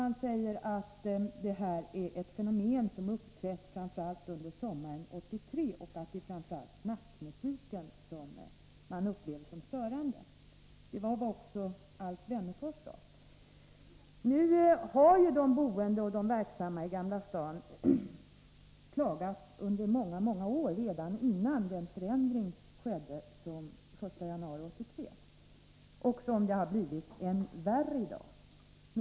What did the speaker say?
Han säger vidare att det är fråga om ett fenomen som uppträtt framför allt under sommaren 1983 och att det främst är nattmusiken som upplevs störande. Det var också vad Alf Wennerfors sade. Men de boende och verksamma i Gamla stan har klagat under många år — redan före ändringen den 1 januari 1983, som inneburit att det blivit än värre.